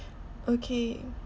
okay